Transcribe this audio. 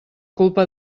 culpa